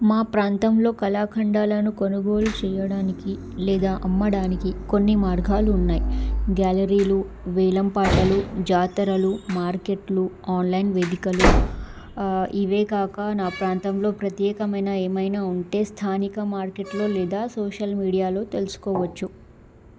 మా ప్రాంతంలో కళాఖండాలను కొనుగోలు చెయ్యడానికి లేదా అమ్మడానికి కొన్ని మార్గాలు ఉన్నాయి గ్యాలరీలు వేలం పాటలు జాతరలు మార్కెట్లు ఆన్లైన్ వేదికలు ఇవే కాక నా ప్రాంతంలో ప్రత్యేకమైన ఏమైనా ఉంటే స్థానిక మార్కెట్లో లేదా సోషల్ మీడియాలో తెలుసుకోవచ్చు